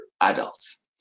adults